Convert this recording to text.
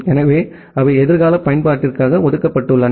எனவே அவை எதிர்கால பயன்பாட்டிற்காக ஒதுக்கப்பட்டுள்ளன